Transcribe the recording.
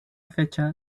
fecha